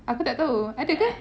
aku tak tahu ada ke